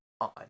on